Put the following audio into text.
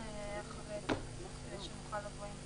נקרא את